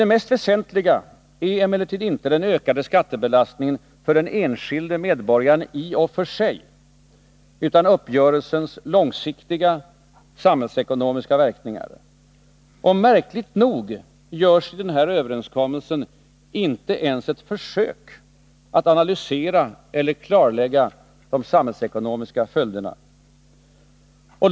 Det mest väsentliga är emellertid inte den ökade skattebelastningen i och för sig för den enskilde medborgaren, utan uppgörelsens långsiktiga samhällsekonomiska verkningar. Märkligt nog görs i överenskommelsen inte ens ett försök att analysera eller klarlägga de samhällsekonomiska följderna.